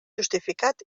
justificat